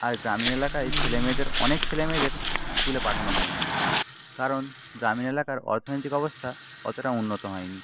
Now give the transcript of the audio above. আর গ্রামীণ এলাকায় ছেলেমেয়েদের অনেক ছেলেমেয়েদের স্কুলে পাঠানো হয় না কারণ গ্রামীণ এলাকার অর্থনৈতিক অবস্থা অতটাও উন্নত হয়নি